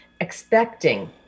expecting